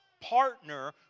partner